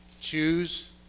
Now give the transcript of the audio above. choose